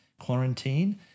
quarantine